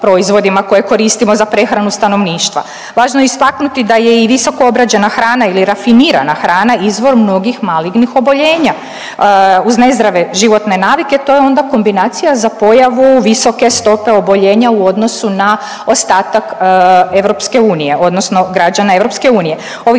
koje koristimo za prehranu stanovništva. Važno je istaknuti da je i visoko obrađena hrana ili rafinirana hrana izbor mnogih malignih oboljenja. Uz nezdrave životne navike to je onda kombinacija za pojavu visoke stope oboljenja u odnosu na ostatak EU odnosno građana EU. Ovih